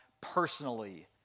personally